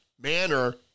manner